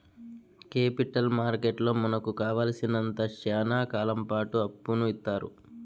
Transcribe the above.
capital మార్కెట్లో మనకు కావాలసినంత శ్యానా కాలంపాటు అప్పును ఇత్తారు